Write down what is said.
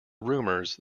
rumours